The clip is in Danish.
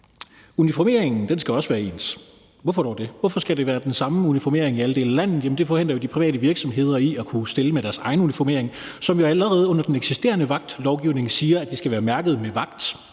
Uniformeringen skal også være ens. Hvorfor dog det? Hvorfor skal det være den samme uniformering i alle dele af landet? Det forhindrer jo de private virksomheder i at kunne stille med deres egne uniformer, som allerede den eksisterende vagtlovgivning siger skal være mærket med »vagt«.